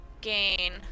gain